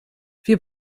wir